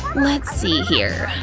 let's see here,